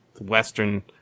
Western